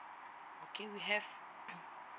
okay we have